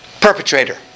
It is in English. perpetrator